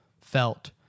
felt